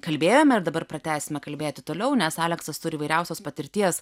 kalbėjome ir dabar pratęsime kalbėti toliau nes aleksas turi įvairiausios patirties